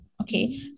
okay